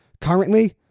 currently